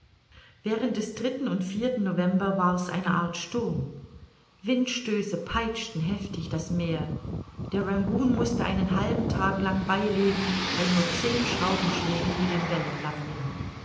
während des dritten und vierten november war's eine art sturm windstöße peitschten heftig das meer der rangoon mußte einen halben tag lang beilegen bei nur zehn schraubenschlägen mit den wellen laviren